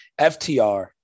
FTR